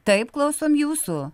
taip klausom jūsų